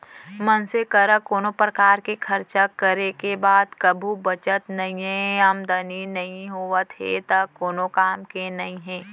मनसे करा कोनो परकार के खरचा करे के बाद कभू बचत नइये, आमदनी नइ होवत हे त कोन काम के नइ हे